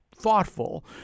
thoughtful